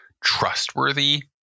trustworthy